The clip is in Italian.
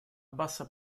bassa